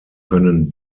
können